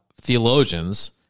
theologians